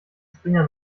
springer